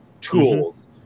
tools